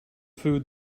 food